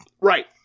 Right